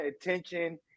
attention